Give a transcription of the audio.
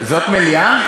זאת מליאה?